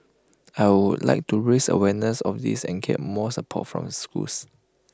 I would like to raise awareness of this and get more support from the schools